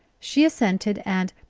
she assented, and,